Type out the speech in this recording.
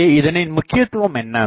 இங்கே இதனின்முக்கியத்துவம் என்ன